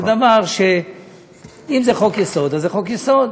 אם זה חוק-יסוד, אז זה חוק-יסוד,